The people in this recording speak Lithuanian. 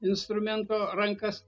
instrumento rankas